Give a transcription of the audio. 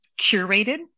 curated